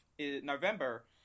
November